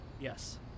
Yes